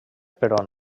però